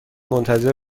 منتظر